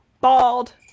Bald